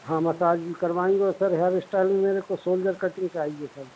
हाँ मसाज भी करवाएँगे और सर हेयर इश्टाइल भी मेरे को सोल्जर कटिंग चाहिए सर